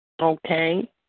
Okay